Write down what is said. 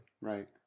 Right